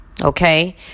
Okay